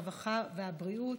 הרווחה והבריאות.